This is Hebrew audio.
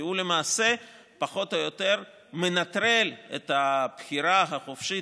כי הוא למעשה פחות או יותר מנטרל את הבחירה החופשית